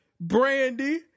Brandy